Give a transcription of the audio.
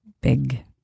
big